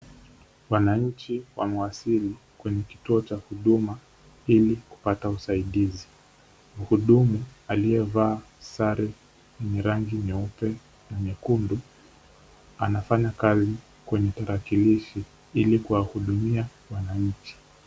Wananchi wa wamewasilili kwenye kituo cha huduma, ili kupata usaidizi. Mhudumu aliyevaa sare yenye rangi nyeupe na nyekundu, anafanya kazi kwenye tarakilishi, ili kuwahudumia wananchi.